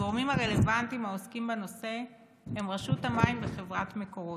הגורמים הרלוונטיים העוסקים בנושא הם רשות המים וחברת מקורות.